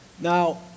Now